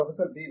professor B